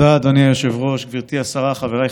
בידודים, לוודא שהכול קורה, חקירות,